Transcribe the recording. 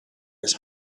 his